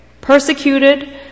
persecuted